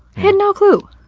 had no clue.